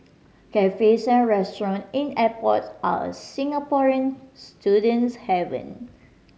cafes and restaurant in airport are a Singaporean student's haven